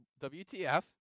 WTF